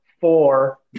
four